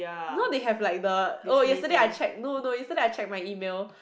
now they have like the oh yesterday I check no no yesterday I check my email